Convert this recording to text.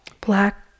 black